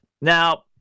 Now